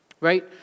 right